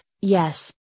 yes